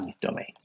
domains